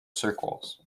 circles